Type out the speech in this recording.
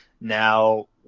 Now